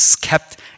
kept